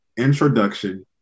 Introduction